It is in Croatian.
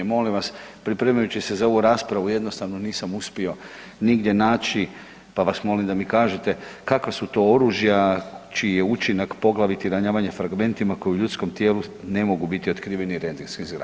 Molim vas pripremajući se za ovu raspravu jednostavno nisam upio nigdje naći, pa vas molim da mi kažete kakva su to oružja čiji je učinak poglaviti ranjavanja fragmentima koji u ljudskom tijelu ne mogu biti otkriveni rengenskim zrakama.